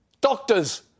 doctors